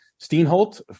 Steenholt